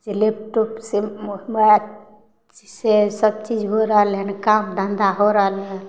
से लैपटॉपसँ हमरा से सबचीज होइ रहलै हन काम धन्धा हो रहलै